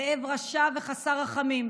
זאב רשע וחסר רחמים,